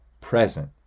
present